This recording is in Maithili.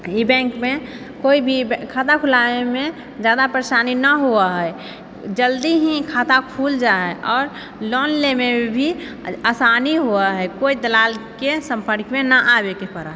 ई बैंकमे कोइ भी खाता खोलाबैमे जादा परेशानी ना होवै है जल्दी ही खाता खुलि जाइ है आओर लोन लै मे भी आसानी हुवऽ है कोइ दलालके सम्पर्कमे ना आबैके पड़ऽ